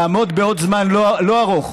לעמוד בעוד זמן לא ארוך,